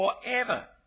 forever